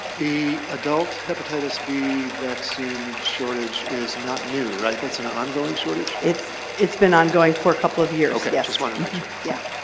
the adult hepatitis b vaccine shortage is not new right? that's an ongoing shortage. it's it's been ongoing for a couple of years. okay, i just want to make sure. yeah.